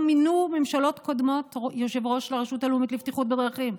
ממשלות קודמות לא מינו יושב-ראש לרשות הלאומית לבטיחות בדרכים,